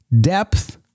depth